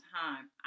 time